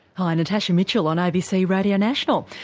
hi, natasha mitchell on abc radio national,